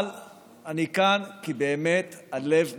אבל אני כאן כי באמת הלב מתפוצץ.